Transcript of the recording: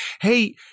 hey